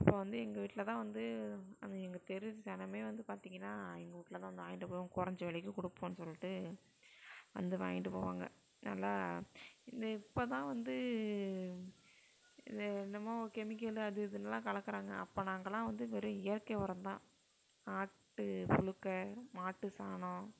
அப்புறம் வந்து எங்கள் வீட்டில் தான் வந்து அங்கே எங்கள் தெரு சனம் வந்து பாத்தீங்கன்னா எங்கள் வீட்டில் தான் வந்து வாங்கிகிட்டு போகும் குறைஞ்ச விலைக்கு கொடுப்போம்னு சொல்லிட்டு வந்து வாங்கிகிட்டு போவாங்க நல்லா வந்து இப்போ தான் வந்து இது என்னமோ கெமிக்கலு அது இதுன்லாம் கலக்குகிறாங்க அப்போ நாங்கள்லாம் வந்து வெறும் இயற்கை உரம் தான் ஆட்டு புழுக்கை மாட்டு சாணம்